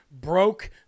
broke